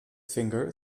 finger